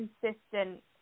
consistent